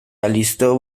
alistó